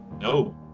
No